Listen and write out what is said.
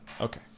Okay